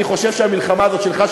אני חושב שהמלחמה הזאת שלך,